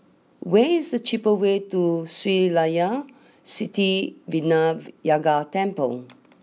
where is the cheapest way to Sri Layan Sithi Vinayagar Temple